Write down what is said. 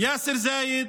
יאסר זאיד,